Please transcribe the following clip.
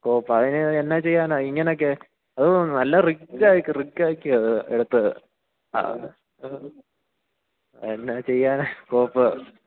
കോപ്പ് അതിന് എന്നാ ചെയ്യാനാ ഇങ്ങനൊക്കെ ഓ നല്ല റിച്ചായിട്ട് റിച്ചാക്കിയാണ് അത് എടുത്തത് ആ എന്നാ ചെയ്യാനാണ് കോപ്പ്